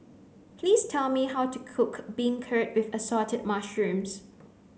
please tell me how to cook beancurd with assorted mushrooms